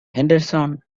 henderson